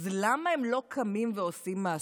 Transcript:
אז למה הם לא קמים ועושים מעשה?